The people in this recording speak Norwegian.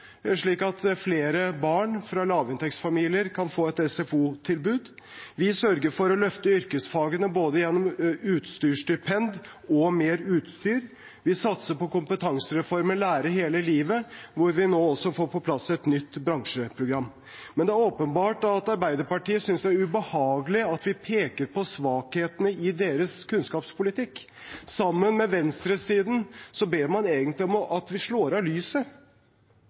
slik at flere barn fra lavinntektsfamilier kan få et SFO-tilbud. Vi sørger for å løfte yrkesfagene gjennom både utstyrsstipend og mer utstyr. Vi satser på kompetansereformen Lære hele livet, hvor vi nå også får på plass et nytt bransjeprogram. Men det er åpenbart at Arbeiderpartiet synes det er ubehagelig at vi peker på svakhetene i deres kunnskapspolitikk. Sammen med venstresiden ber man egentlig om at vi slår av lyset,